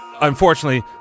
Unfortunately